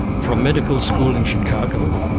from medical school in chicago,